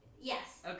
Yes